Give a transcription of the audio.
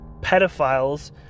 pedophiles